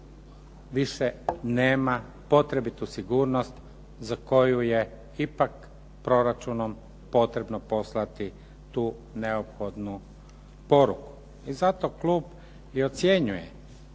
više nema potrebitu sigurnost za koju je ipak proračunom potrebno poslati tu neophodnu poruku. I zato klub i ocjenjuje